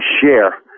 share